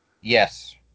Yes